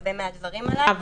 להרבה מהדברים האלה,